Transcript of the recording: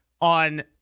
on